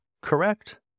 correct